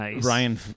Ryan